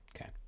Okay